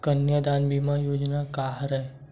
कन्यादान बीमा योजना का हरय?